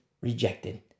rejected